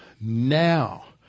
now